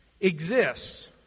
exists